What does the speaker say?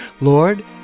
Lord